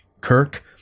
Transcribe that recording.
Kirk